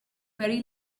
very